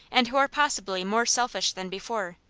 and who are possibly more selfish than before.